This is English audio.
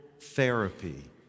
therapy